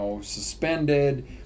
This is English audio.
suspended